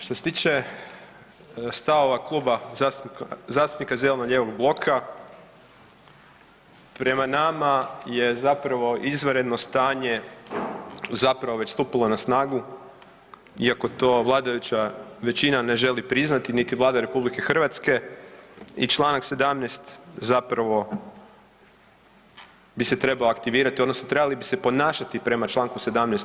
Što se tiče stavova Kluba zastupnika zeleno-lijevog bloka, prema nama je zapravo izvanredno stanje zapravo već stupilo na snagu iako to vladajuća većina ne želi priznati, niti Vlada RH i čl. 17. zapravo bi se trebao aktivirati odnosno trebali bi se ponašati prema čl. 17.